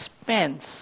expense